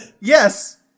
yes